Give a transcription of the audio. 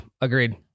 Agreed